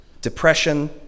depression